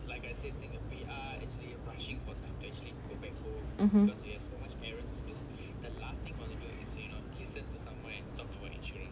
(uh huh)